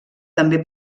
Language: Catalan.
també